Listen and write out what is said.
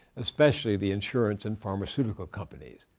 especially the insurance and pharmaceutical companies.